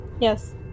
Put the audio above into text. Yes